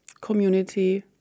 community